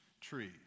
tree